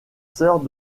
sœurs